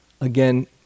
Again